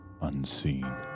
unseen